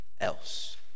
else